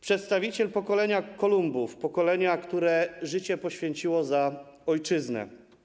Przedstawiciel pokolenia Kolumbów, pokolenia, które życie poświęciło za ojczyznę.